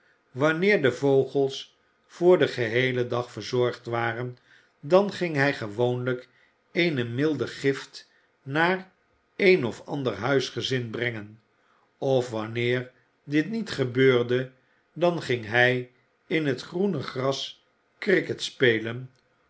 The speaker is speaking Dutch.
wanneer de vogels voor den geheelen dag verzorgd waren dan ging hij gewoonlijk eene milde gift naar een of ander huisgezin brengen of wanneer dit niet gebeurde dan ging hij in t groene gras kricket spelen